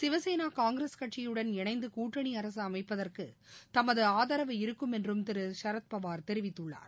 சிவசேனா காங்கிரஸ் கட்சியுடன் இணைந்து கட்டணி அரசு அமைப்பதற்கு தமது ஆதரவு இருக்கும் என்றும் திரு சரத்பவார் தெரிவித்துள்ளார்